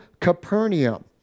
Capernaum